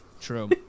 True